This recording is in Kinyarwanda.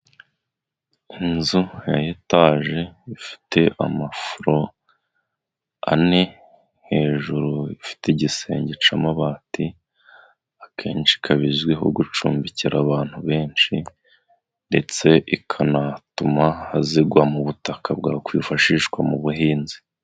Inzu ya etaje ifite amafuro ane, hejuru ifite igisenge cy'amabati, akenshi ikaba izwiho gucumbikira abantu benshi ndetse ikanatuma hazigamwa ubutaka bwakwifashishwa mu buhinzi.